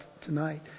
tonight